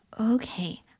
Okay